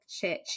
chat